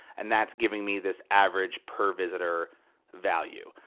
and that's giving me this average per visitor value.